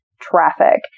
traffic